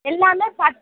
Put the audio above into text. எல்லாம்